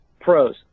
Pros